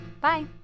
Bye